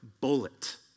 bullet